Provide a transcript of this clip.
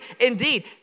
indeed